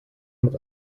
mit